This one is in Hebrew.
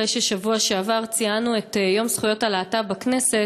אחרי שבשבוע שעבר ציינו את יום זכויות הלהט"ב בכנסת,